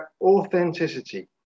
authenticity